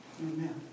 Amen